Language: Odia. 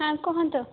ହାଁ କୁହନ୍ତୁ